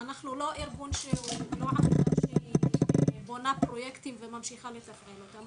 אנחנו לא ארגון שהוא --- בונה פרויקטים וממשיך לדפדף אותם,